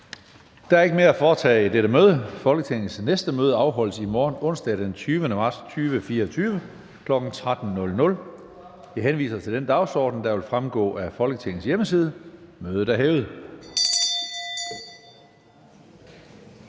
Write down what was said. Der er ikke mere at foretage i dette møde. Folketingets næste møde afholdes i morgen, onsdag den 20. marts 2024, kl. 13.00. Jeg henviser til den dagsorden, der vil fremgå af Folketingets hjemmeside. Mødet er hævet.